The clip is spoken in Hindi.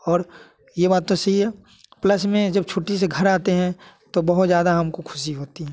और ये बात तो सही है प्लस में जब छुट्टी से घर आते हैं तो बहुत ज़्यादा हमको खुशी होती है